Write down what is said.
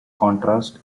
contrast